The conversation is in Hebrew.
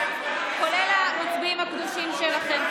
כולל המצביעים הקדושים שלכם.